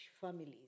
families